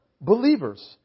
believers